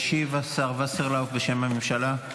ישיב השר וסרלאוף, בשם הממשלה.